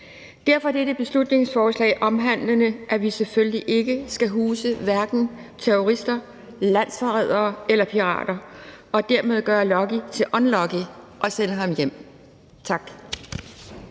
til dette beslutningsforslag omhandlende, at vi selvfølgelig ikke skal huse hverken terrorister, landsforrædere eller pirater, og at vi dermed skal gøre Lucky til unlucky og sende ham hjem. Tak.